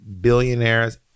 billionaires